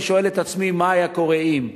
אני שואל את עצמי מה היה קורה אם: